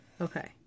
Okay